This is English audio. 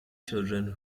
children